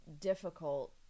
difficult